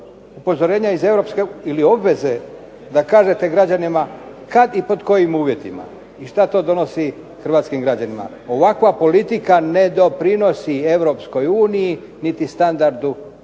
upozorenja iz EU ili obveze da kažete građanima kada i pod kojim uvjetima i što to donosi hrvatskim građanima. Ovakva politika ne doprinosi EU niti standardu